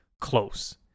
close